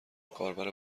کاربر